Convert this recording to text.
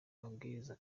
mabwiriza